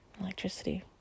electricity